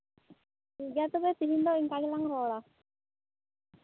ᱴᱷᱤᱠ ᱜᱮᱭᱟ ᱛᱚᱵᱮ ᱛᱤᱦᱤᱧ ᱫᱚ ᱚᱱᱠᱟ ᱜᱮᱞᱟᱝ ᱨᱚᱲᱟ